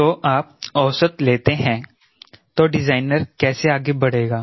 तो आप औसत लेते हैं तो डिजाइनर कैसे आगे बढ़ेगा